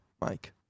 Mike